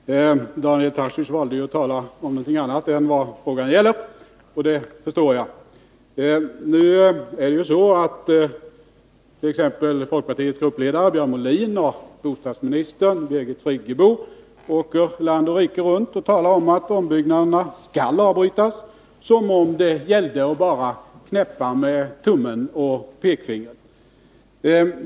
Fru talman! Daniel Tarschys valde att tala om någonting annat än vad frågan gäller — och det förstår jag. Nu är det ju så att t.ex. folkpartiets gruppledare, Björn Molin, och bostadsministern Birgit Friggebo reser land och rike runt och talar om att ombyggnaden skall avbrytas, som om det gällde att bara knäppa med tummen och pekfingret.